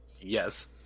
Yes